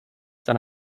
than